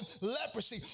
leprosy